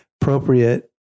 appropriate